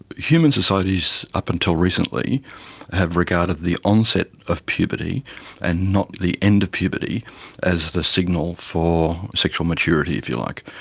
human societies up until recently have regarded the onset of puberty and not the end of puberty as the signal for sexual maturity if you like.